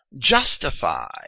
justify